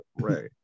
right